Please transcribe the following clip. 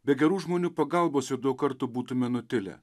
be gerų žmonių pagalbos jau daug kartų būtume nutilę